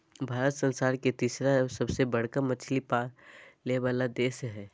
भारत संसार के तिसरा सबसे बडका मछली पाले वाला देश हइ